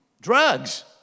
Drugs